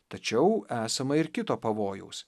tačiau esama ir kito pavojaus